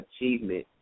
achievement